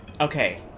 Okay